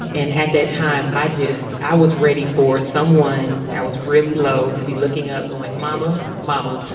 and at that time, i just i was ready for someone that was really low to be looking up, going, mama, mama.